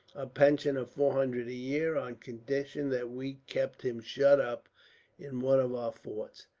a pension of four hundred a year, on condition that we kept him shut up in one of our forts.